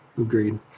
Agreed